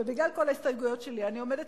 ובגלל כל ההסתייגויות שלי אני עומדת